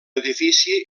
edifici